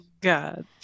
god